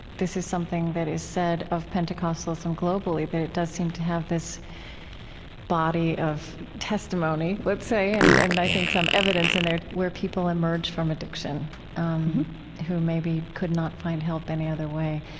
this is something that is said of pentecostalism globally that it does seem to have this body of testimony, let's say, and and i think some evidence in there where people emerge from addiction um who maybe, could not find help any other way